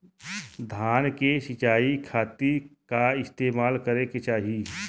धान के सिंचाई खाती का इस्तेमाल करे के चाही?